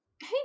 hey